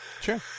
Sure